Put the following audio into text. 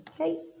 okay